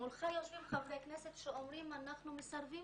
מולך יושבים חברי כנסת שאומרים שאנחנו מסרבים